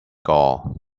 gall